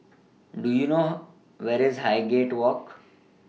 Do YOU know Where IS Highgate Walk